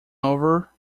over